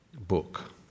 book